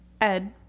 Ed